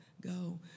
go